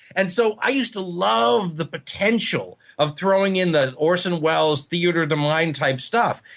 and so i used to love the potential of throwing in the orson wells theater of the mind type stuff.